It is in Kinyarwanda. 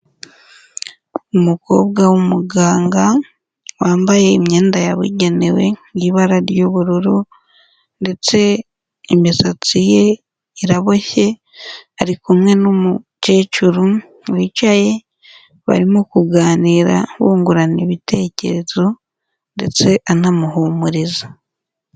Umukobwa w'umuganga wambaye imyenda yabugenewe y'ibara ry'ubururu, ndetse imisatsi ye iraboshye ari kumwe n'umukecuru wicaye barimo kuganira bungurana ibitekerezo ndetse anamuhumuriza.